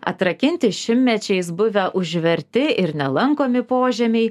atrakinti šimtmečiais buvę užverti ir nelankomi požemiai